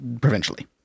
provincially